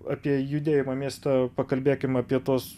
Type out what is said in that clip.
apie judėjimą mieste pakalbėkim apie tuos